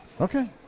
Okay